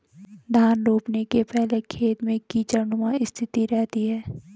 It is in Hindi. धान रोपने के पहले खेत में कीचड़नुमा स्थिति रहती है